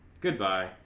Goodbye